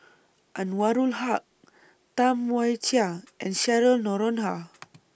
Anwarul Haque Tam Wai Jia and Cheryl Noronha